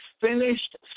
finished